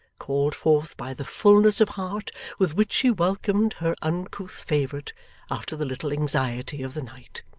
called forth by the fullness of heart with which she welcomed her uncouth favourite after the little anxiety of the night.